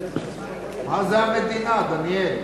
מה זה המדינה, דניאל?